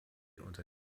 unter